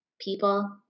people